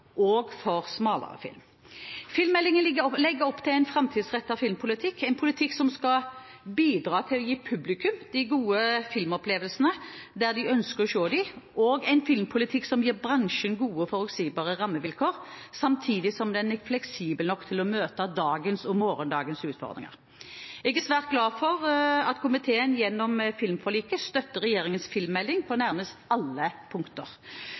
og smalere film. Filmmeldingen legger opp til en framtidsrettet filmpolitikk – en politikk som skal bidra til å gi publikum de gode filmopplevelsene, der de ønsker å se dem, og en filmpolitikk som gir bransjen gode og forutsigbare rammevilkår, samtidig som den er fleksibel nok til å møte dagens og morgendagens utfordringer. Jeg er svært glad for at komiteen gjennom filmforliket støtter regjeringens filmmelding på nærmest alle punkter: